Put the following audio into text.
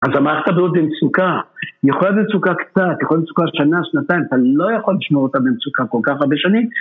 אז המערכת הזאת במצוקה, יכול להיות במצוקה קצת, יכול להיות במצוקה שנה, שנתיים, אתה לא יכול לשמור אותה במצוקה כל כך הרבה שנים.